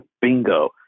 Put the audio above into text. bingo